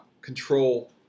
control